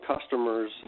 customers